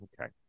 Okay